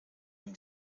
ihm